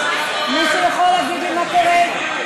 מישהו יכול להגיד לי מה קורה?